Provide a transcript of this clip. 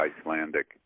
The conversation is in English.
Icelandic